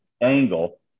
angle